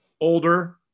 older